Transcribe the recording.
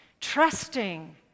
trusting